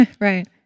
Right